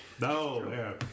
No